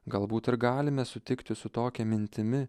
galbūt ir galime sutikti su tokia mintimi